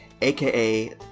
aka